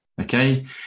Okay